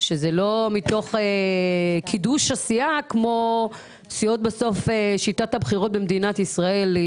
שזה לא מתוך קידוש הסיעה כמו שיטת הבחירות במדינת ישראל שהיא